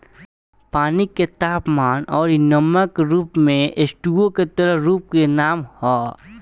पानी के तापमान अउरी मानक रूप में एचटूओ के तरल रूप के नाम ह